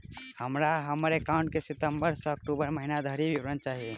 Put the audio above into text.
हमरा हम्मर एकाउंट केँ सितम्बर सँ अक्टूबर महीना धरि विवरण चाहि?